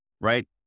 right